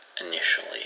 initially